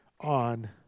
on